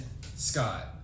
Scott